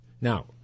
Now